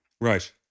Right